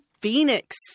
Phoenix